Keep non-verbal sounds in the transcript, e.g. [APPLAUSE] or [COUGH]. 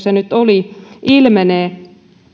[UNINTELLIGIBLE] se nyt oli ilmenee